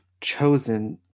chosen